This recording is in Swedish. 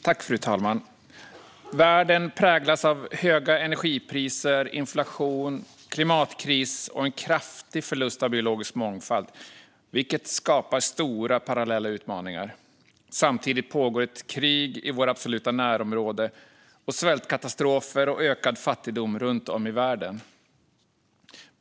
Fru talman! Världen präglas av höga energipriser, inflation, klimatkris och en kraftig förlust av biologisk mångfald, vilket skapar stora parallella utmaningar. Samtidigt pågår ett krig i vårt absoluta närområde, och det är svältkatastrofer och ökad fattigdom runt om i världen.